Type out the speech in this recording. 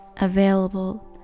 available